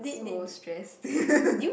so stress